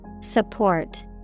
Support